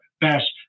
best